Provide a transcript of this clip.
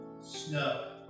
snow